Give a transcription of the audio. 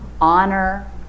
honor